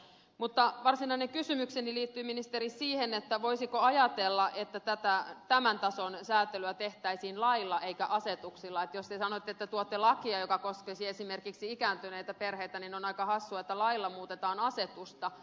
mutta varsinainen kysymykseni liittyy ministeri siihen että voisiko ajatella että tämän tason säätelyä tehtäisiin lailla eikä asetuksilla että jos te sanotte että tuotte lakia joka koskisi esimerkiksi ikääntyneitä perheitä niin on aika hassua että lailla muutetaan asetusta